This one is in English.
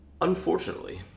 Unfortunately